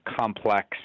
complex